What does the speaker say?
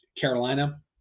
Carolina